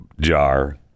jar